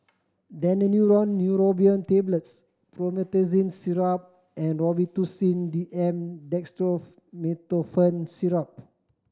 Daneuron Neurobion Tablets Promethazine Syrup and Robitussin D M Syrup